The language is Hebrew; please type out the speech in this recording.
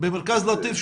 במרכז לטיף,